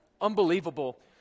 unbelievable